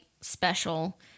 special